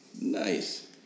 nice